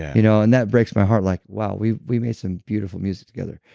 you know and that breaks my heart like, wow, we we made some beautiful music together.